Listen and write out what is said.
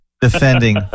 defending